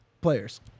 players